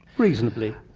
reasonably.